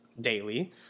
daily